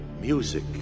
music